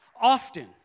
often